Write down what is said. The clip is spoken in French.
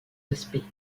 aspects